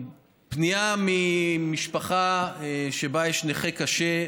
פנייה ממשפחה שבה יש נכה קשה,